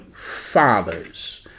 fathers